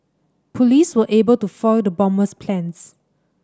police were able to foil the bomber's plans